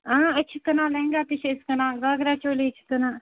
اۭں أسۍ چھِ کٕنان لہنٛگا تہِ چھِ أسۍ کٕنان گھاگرا چولی چھِ کٕنان